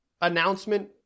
announcement